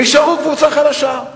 ויישארו קבוצה חלשה.